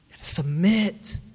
Submit